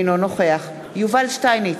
אינו נוכח יובל שטייניץ,